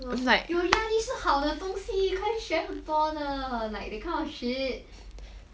有压力是好的的东西可以学很多的 like that kind of shit